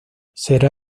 será